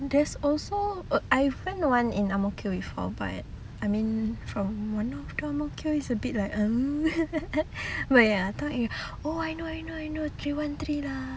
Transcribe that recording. there's also I found one in ang mo kio before but I mean from here to ang mo kio is a bit like um but ya I thought if oh I know I know three one three lah